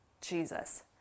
Jesus